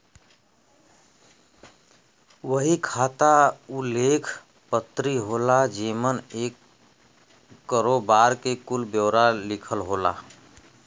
बही खाता उ लेख पत्री होला जेमन एक करोबार के कुल ब्योरा लिखल होला